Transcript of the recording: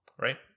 right